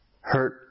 hurt